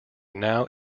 now